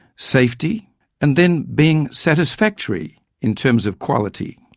safety and then being satisfactory in terms of quality.